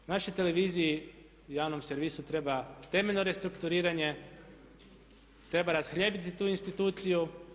Našoj televiziji i javnom servisu treba temeljno restrukturiranje, treba rashljebiti tu instituciju.